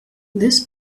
this